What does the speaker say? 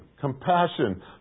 compassion